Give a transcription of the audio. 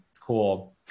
Cool